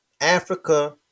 Africa